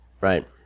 right